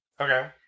Okay